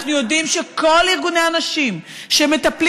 אנחנו יודעים שכל ארגוני הנשים שמטפלים